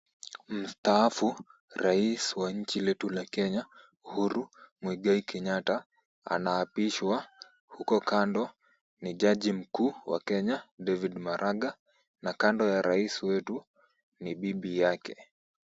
Mstaafu rais wa nchi letu la Kenya Uhuru Muigai Kenyatta anaapishwa huko kando ni jaji mkuu wa Kenya David Maraga na kando ya rais wetu ni bibi yake.